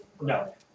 No